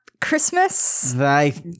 christmas